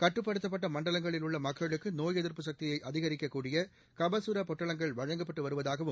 கட்டுப்படுத்தப்பட்ட மக்களுக்கு நோய் எதிர்ப்பு சக்தியை அதிகிக்கக்கூடிய கபகர பொட்டலங்கள் வழங்கப்பட்டு வருவதாகவும்